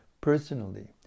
personally